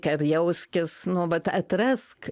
kad jauskis nu vat atrask